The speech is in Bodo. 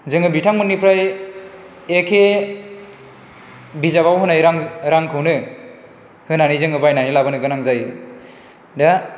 जोङो बिथांमोननि एखे बिजाबाव होनाय रां रांखौनो होनानै जोङो बायनानै लाबोनो गोनां जायो दा